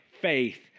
faith